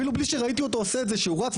אפילו בלי שראיתי אותו עושה את זה שהוא רץ,